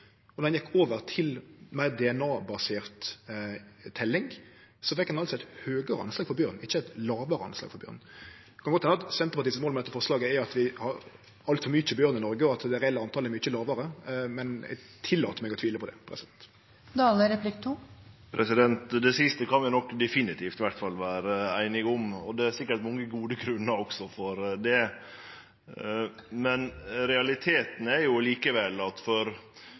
gjekk over til meir DNA-basert teljing, fekk ein altså eit høgare anslag for bjørn, ikkje eit lågare anslag for bjørn. Det kan godt hende at Senterpartiets mål med dette forslaget er at vi har altfor mykje bjørn i Noreg, og at det reelle talet er mykje lågare, men eg tillèt meg å tvile på det. Det siste kan vi nok definitivt vere einige om, og det er sikkert mange gode grunnar også for det. Realiteten er likevel at spesielt for